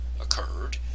occurred